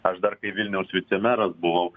aš dar kai vilniaus vicemeras buvau